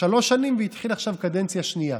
שלוש שנים והתחיל עכשיו קדנציה שנייה.